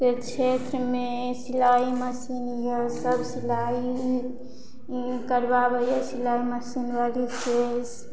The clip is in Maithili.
क्षेत्रमे सिलाइ मशीन अछि सब सिलाइ करबाबैया सिलाइ मशीन बाली छै